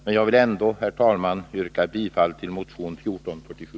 Men jag vill ändå, herr talman, yrka bifall till motion 1447.